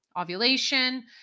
ovulation